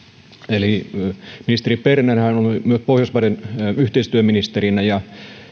eli ministeri bernerhän on myös pohjoismaiden yhteistyöministerinä ja